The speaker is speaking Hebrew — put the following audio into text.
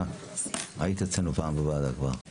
כבר היית אצלנו פעם בוועדה.